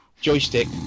Joystick